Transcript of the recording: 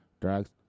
drugs